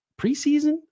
preseason